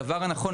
זה הדבר הנכון,